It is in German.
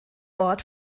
ort